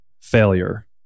failure